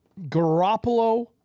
Garoppolo